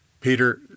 Peter